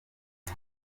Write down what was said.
iki